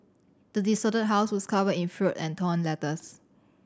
the desolated house was covered in fruit and torn letters